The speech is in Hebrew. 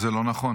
זה לא נכון.